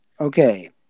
Okay